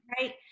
right